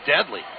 deadly